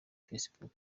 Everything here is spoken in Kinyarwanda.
facebook